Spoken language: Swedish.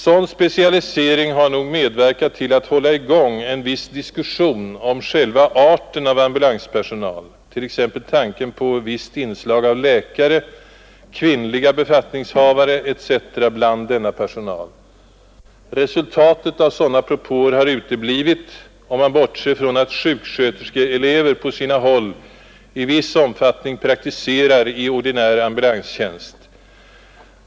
Sådan specialisering har nog medverkat till att hålla i gång en viss diskussion om själva arten av ambulanspersonal, t.ex. tanken på visst inslag av läkare, kvinnliga befattningshavare såsom sjuksköterskor etc. bland denna personal. Resultat av sådana propåer har uteblivit, om man bortser från att sjuksköterskeelever på sina håll i viss omfattning praktiserar i ordinär ambulanstjänst.